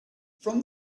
from